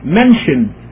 mentioned